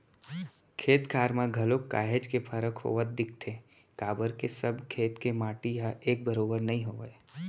खेत खार म घलोक काहेच के फरक होवत दिखथे काबर के सब खेत के माटी ह एक बरोबर नइ होवय